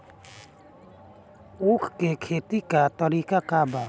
उख के खेती का तरीका का बा?